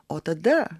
o tada